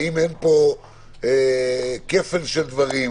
האם אין פה כפל של דברים,